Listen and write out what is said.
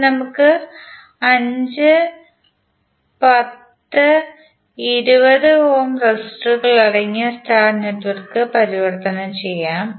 ഇനി നമുക്ക് 5 10 20 ഓം റെസിസ്റ്ററുകൾ അടങ്ങിയ സ്റ്റാർ നെറ്റ്വർക്ക് പരിവർത്തനം ചെയ്യാം